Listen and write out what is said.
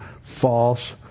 false